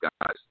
guys